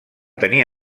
tenir